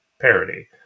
parody